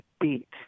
beat